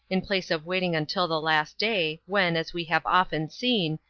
in place of waiting until the last day, when, as we have often seen,